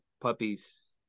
puppies